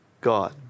God